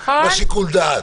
בשיקול הדעת.